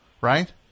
Right